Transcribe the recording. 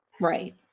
Right